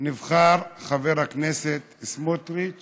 נבחר חבר הכנסת סמוטריץ